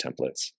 templates